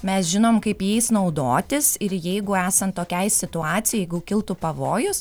mes žinom kaip jais naudotis ir jeigu esant tokiai situacijai jeigu kiltų pavojus